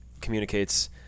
communicates